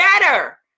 better